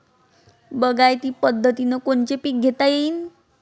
बागायती पद्धतीनं कोनचे पीक घेता येईन?